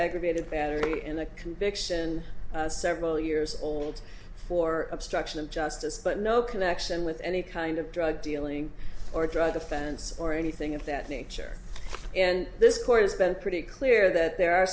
aggravated battery and a conviction several years old for obstruction of justice but no connection with any kind of drug dealing or drug offense or anything of that nature and this court has been pretty clear that there are